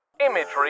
Imagery